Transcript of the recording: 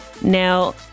Now